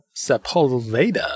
Sepulveda